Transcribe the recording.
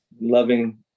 loving